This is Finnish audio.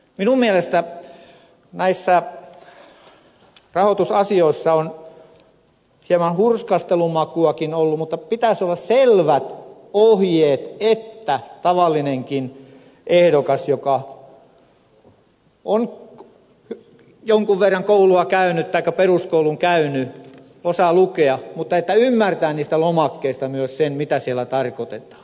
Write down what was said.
minun mielestäni näissä rahoitusasioissa on hieman hurskastelun makuakin ollut mutta pitäisi olla selvät ohjeet että tavallinenkin ehdokas joka on peruskoulun käynyt osaa lukea ymmärtää niistä lomakkeista myös sen mitä siellä tarkoitetaan